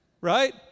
Right